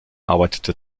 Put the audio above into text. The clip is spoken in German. arbeitete